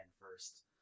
first